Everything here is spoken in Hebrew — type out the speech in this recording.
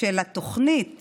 של התוכנית